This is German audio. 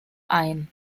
ein